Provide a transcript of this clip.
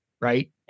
right